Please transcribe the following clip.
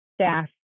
staff